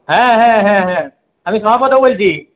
হ্যাঁ হ্যাঁ হ্যাঁ হ্যাঁ আমি শ্যামাপদ বলছি